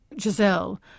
Giselle